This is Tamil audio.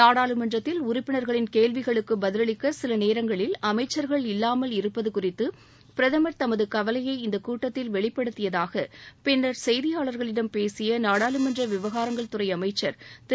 நாடாளுமன்றத்தில் உறுப்பினர்களின் கேள்விகளுக்கு பதிலளிக்க சில நேரங்களில் அமைச்சர்கள் இல்லாமல் இருப்பது குறித்து பிரதமர் தனது கவலையை இந்தக் கூட்டத்தில் வெளிப்படுத்தியதாக பின்னர் செய்தியாளர்களிடம் பேசிய நாடாளுமன்ற விவகாரங்கள் துறை அமைச்சர் திரு